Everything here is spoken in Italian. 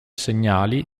segnali